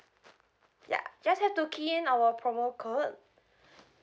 ya just have to key in our promo code